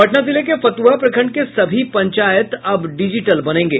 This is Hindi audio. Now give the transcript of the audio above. पटना जिले के फतुहा प्रखंड के सभी पंचायत अब डिजीटल बनेंगे